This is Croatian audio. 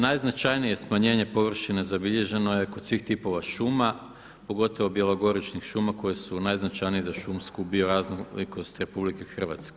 Najznačajnije smanjenje površina zabilježeno je kod svih tipova šuma pogotovo bjelogoričnih šuma koje su najznačajnije za šumsku bioraznolikost RH.